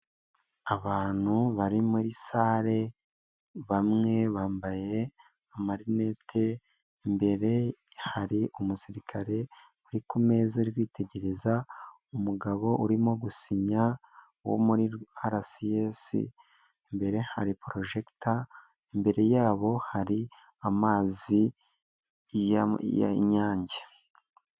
Abantu bari muri sare bamwe bambaye amarinete, imbere hari umusirikare uri ku meza ari kwitegereza umugabo urimo gusinya wo muri RCS, imbere hari porojegita, imbere yabo hari amazi y'Inyange.